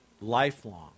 lifelong